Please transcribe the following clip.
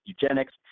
eugenics